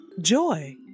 joy